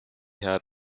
had